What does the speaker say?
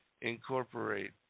incorporate